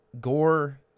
gore